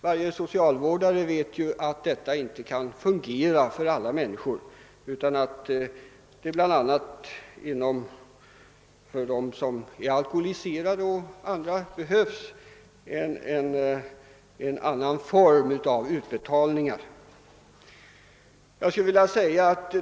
Varje socialvårdare vet att detta inte kan fungera för alla människor utan att det bl.a. för alkoholiserade behövs en annan form av utbetalningar.